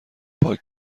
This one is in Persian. پاک